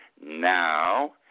now